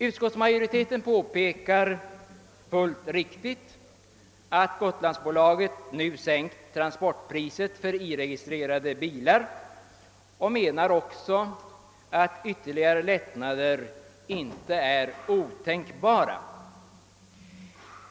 Utskottsmajoriteten påpekar fullt riktigt att Gotlandsbolaget nu sänkt transportpriset för I-registrerade bilar och menar också att ytterligare lättnader inte är otänkbara.